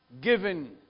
given